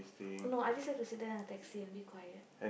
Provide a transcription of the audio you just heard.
no I just like to sit down the taxi and be quiet